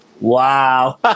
Wow